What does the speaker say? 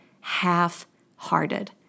half-hearted